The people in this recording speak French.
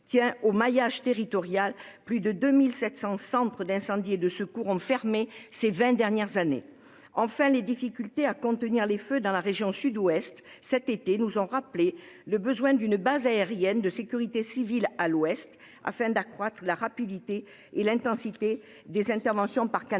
tient au maillage territorial, plus de deux mille sept cents centres d'incendie et de secours ont fermé ces vingt dernières années. Enfin, les difficultés à contenir les feux dans la région Sud-Ouest cet été nous ont rappelé le besoin d'une base aérienne de sécurité civile à l'ouest afin d'accroître la rapidité et l'intensité des interventions par Canadair.